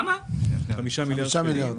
מי בעד אישור בקשה מס' 52-006,